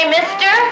mister